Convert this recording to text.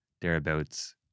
thereabouts